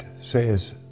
says